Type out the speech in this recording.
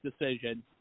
decision